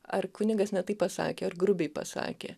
ar kunigas ne taip pasakė ar grubiai pasakė